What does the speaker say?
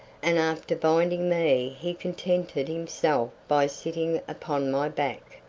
and after binding me he contented himself by sitting upon my back,